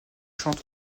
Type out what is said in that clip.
chante